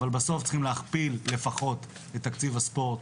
אבל בסוף צריכים לפחות להכפיל את תקציב הספורט.